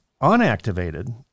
unactivated